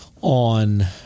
on